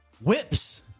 Whips